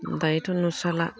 दायोथ' नुस्राला